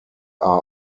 are